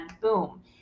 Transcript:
boom